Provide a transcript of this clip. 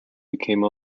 became